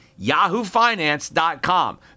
yahoofinance.com